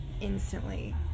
instantly